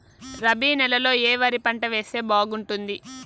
రబి నెలలో ఏ వరి పంట వేస్తే బాగుంటుంది